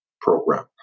program